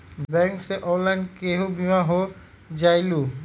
Bank से online केहु बिमा हो जाईलु?